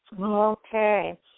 Okay